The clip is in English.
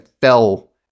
fell